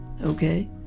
Okay